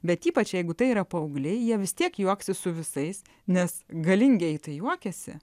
bet ypač jeigu tai yra paaugliai jie vis tiek juoksis su visais nes galingieji tai juokiasi